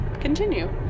continue